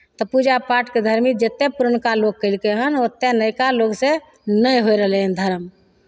तऽ पूजा पाठके धरमी जतेक पुरनका लोक केलकै हन ओतेक नयका लोकसँ नहि होइ रहलै धरम